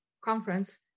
conference